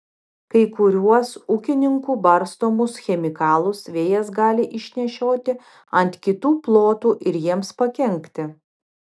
kai kuriuos ūkininkų barstomus chemikalus vėjas gali išnešioti ant kitų plotų ir jiems pakenkti